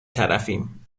طرفیم